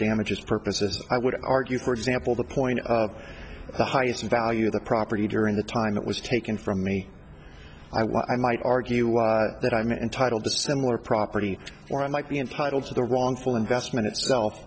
damages purposes i would argue for example the point of the highest value of the property during the time it was taken from me i well i might argue that i'm entitled to similar property or i might be entitled to the wrongful investment itself